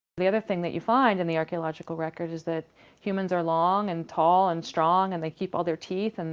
the other thing that you find in and the archaeological records is that humans are long, and tall, and strong, and they keep all their teeth, and